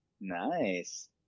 Nice